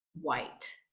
white